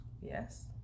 Yes